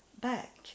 back